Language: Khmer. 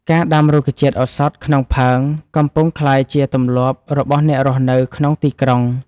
ការដាំរុក្ខជាតិឱសថក្នុងផើង កំពុងក្លាយជាទម្លាប់របស់អ្នករស់នៅក្នុងទីក្រុង។